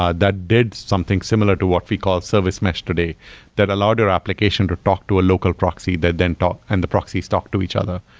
ah that did something similar to what we call service mesh today that allowed your application to talk to a local proxy that then talk and the proxies talk to each other.